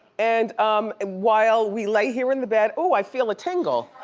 and um while we lay here in the bed. ooh, i feel a tingle.